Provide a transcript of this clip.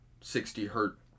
60-hertz